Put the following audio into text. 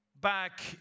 back